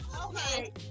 Okay